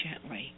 gently